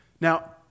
Now